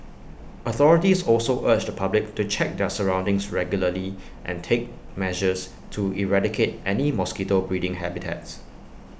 authorities also urge the public to check their surroundings regularly and take measures to eradicate any mosquito breeding habitats